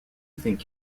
think